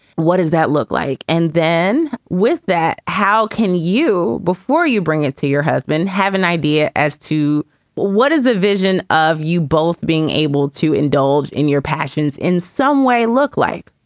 what does that look like? and then with that, how can you, before you bring it to your husband, have an idea as to what is a vision of you both being able to indulge in your passions in some way look like.